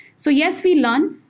so yes, we learned,